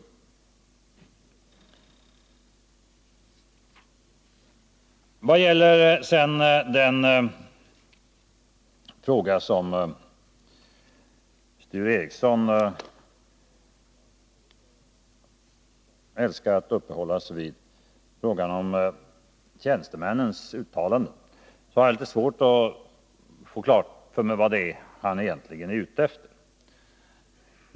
Vad sedan gäller den fråga som Sture Ericson älskar att uppehålla sig vid, frågan om tjänstemännens uttalanden, har jag litet svårt att få klart för mig vad det är han egentligen är ute efter.